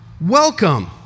welcome